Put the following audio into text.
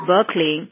Berkeley